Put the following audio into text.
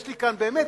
באמת,